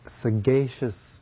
sagacious